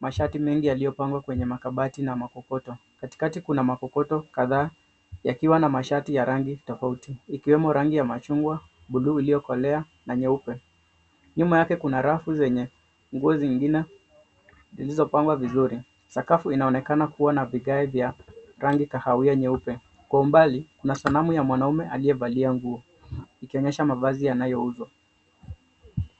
mashati mengi yaliyopangwa kwenye makabati na makokoto . Katikati kuna makokoto kadhaa yakiwa na mashati ya tofauti, ikiwemo rangi ya machungwa , buluu iliyokolea na nyeupe .Nyuma yake kuna rafu zenye nguo zingine zilizopangwa vizuri . Sakafu inaonekana kuwa na vigae vya rangi kahawia nyeupe . Kwa umbali kuna sanamu ya mwanaume aliyevalia nguo ikionyesha mavazi yanayouzwa.